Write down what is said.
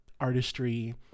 artistry